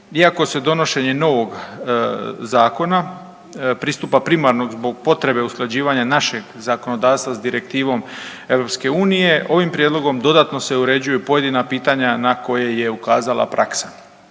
Iako se donošenje novog zakona pristupa primarno zbog potrebe usklađivanja našeg zakonodavstva sa direktivom EU ovim prijedlogom dodatno se uređuju pojedina pitanja na koje je ukazala praksa.